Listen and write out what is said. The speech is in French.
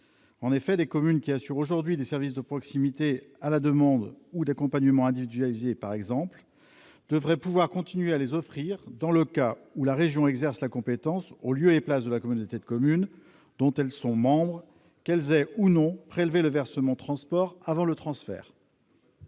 En effet, les communes qui assurent aujourd'hui des services de proximité à la demande ou d'accompagnement individualisé, par exemple, devraient pouvoir continuer à les offrir dans le cas où la région exerce la compétence en lieu et place de la communauté de communes dont elles sont membres, qu'elles aient ou non prélevé le versement transport avant le transfert.